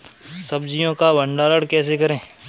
सब्जियों का भंडारण कैसे करें?